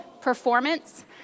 performance